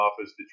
office